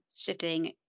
shifting